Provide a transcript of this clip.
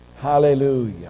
Hallelujah